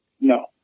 No